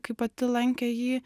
kai pati lankė jį